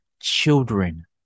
children